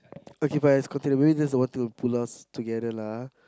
okay but let's continue maybe it's the one to pull us together lah